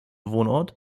wohnort